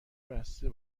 بسته